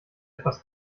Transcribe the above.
etwas